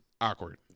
awkward